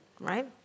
right